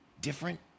different